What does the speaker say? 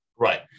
Right